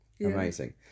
amazing